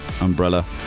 umbrella